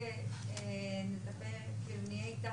אבל לא נפתח את זה.